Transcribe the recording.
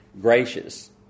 gracious